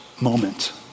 moment